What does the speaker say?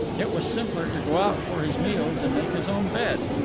it was simpler to go out for his meals and make his own bed.